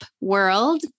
world